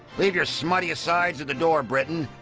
leave your smutty asides at the door, britain.